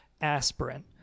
aspirin